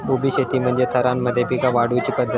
उभी शेती म्हणजे थरांमध्ये पिका वाढवुची पध्दत